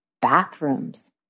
bathrooms